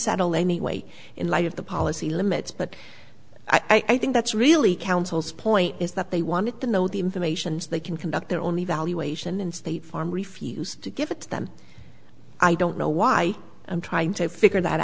settle anyway in light of the policy limits but i think that's really councils point is that they wanted to know the information so they can conduct their own evaluation and state farm refused to give it to them i don't know why i'm trying to figure that